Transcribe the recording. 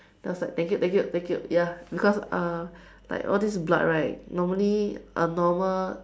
then I was like thank you thank you thank you ya because uh like this blood right normally a normal